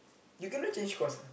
you cannot change course ah